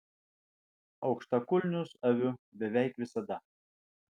aukštakulnius aviu beveik visada